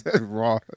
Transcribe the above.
Raw